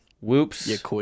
whoops